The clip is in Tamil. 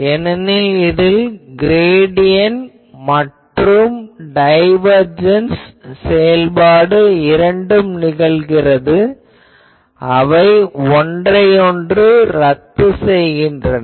ஏனெனில் இதில் கிரேடியன்ட் மற்றும் டைவர்ஜென்ஸ் செயல்பாடு இரண்டும் நிகழ்கிறது அவை ஒன்றையொன்று ரத்து செய்கின்றன